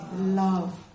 love